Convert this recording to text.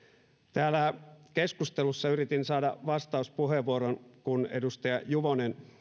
täällä keskustelussa yritin saada vastauspuheenvuoron kun edustaja juvonen